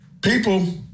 People